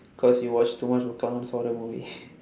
cause you watch too much of clowns horror movie